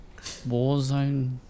Warzone